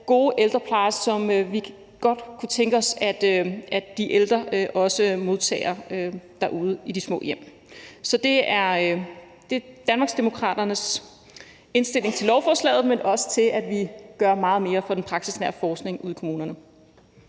gode ældrepleje, som vi godt kunne tænke os at de ældre også modtager derude i de små hjem. Så det er Danmarksdemokraternes indstilling til lovforslaget, men også til, at vi skal gøre meget mere for den praksisnære forskning ude i kommunerne.